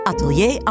Atelier